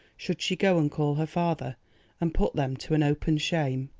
should she go and call her father and put them to an open shame?